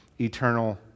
eternal